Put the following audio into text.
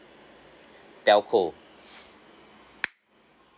telco